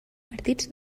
partits